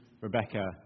Rebecca